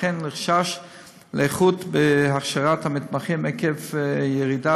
וכן חשש לאיכות בהכשרת המתמחים עקב ירידה